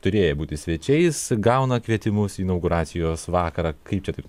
turėję būti svečiais gauna kvietimus į inauguracijos vakarą kaip čia taip